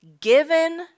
given